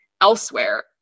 elsewhere